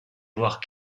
voir